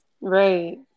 Right